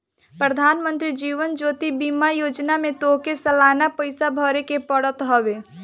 प्रधानमंत्री जीवन ज्योति बीमा योजना में तोहके सलाना पईसा भरेके पड़त हवे